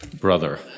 brother